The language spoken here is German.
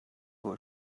wohl